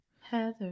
Heather